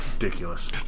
Ridiculous